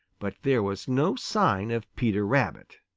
but there was no sign of peter rabbit.